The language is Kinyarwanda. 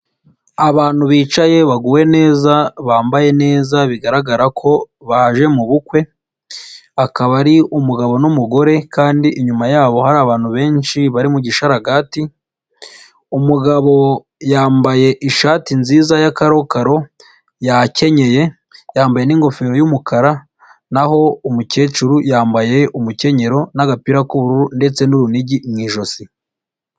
Abantu bicaye baguwe neza, bambaye neza, bigaragara ko baje mubu bukwe, akaba ari umugabo n'umugore kandi inyuma yabo hari abantu benshi bari mu gisharagati, umugabo yambaye ishati nziza ya karokaro, yakenyeye, yambaye n'ingofero y'umukara naho umukecuru yambaye umukenyero n'agapira k'ubururu ndetse n'urunigi mu ijosi.